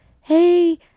Hey